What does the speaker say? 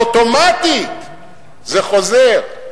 אוטומטית זה חוזר.